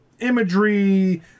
Imagery